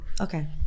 Okay